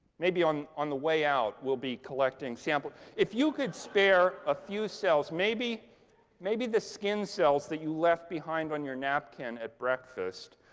maybe on on the way out we'll be collecting samples. if you could spare a few cells, maybe maybe the skin cells that you left behind on your napkin at breakfast,